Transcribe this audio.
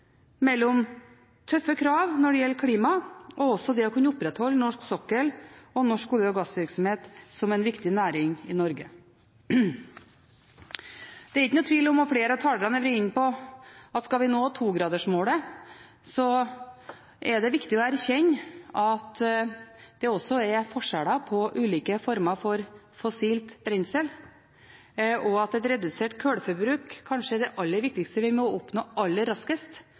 mellom tøffe krav når det gjelder klima, og det å kunne opprettholde norsk sokkel og norsk olje- og gassvirksomhet som en viktig næring i Norge. Det er ikke noen tvil om, og flere av talerne har vært inne på det, at skal vi nå togradersmålet, er det viktig å erkjenne at det også er forskjeller på ulike former for fossilt brensel, og at et redusert kullforbruk kanskje er det aller viktigste vi må oppnå aller raskest.